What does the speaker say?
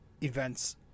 events